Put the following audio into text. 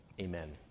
Amen